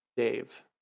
Dave